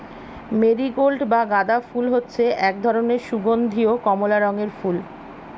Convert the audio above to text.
marigold বা গাঁদা ফুল হচ্ছে এক ধরনের সুগন্ধীয় কমলা রঙের ফুল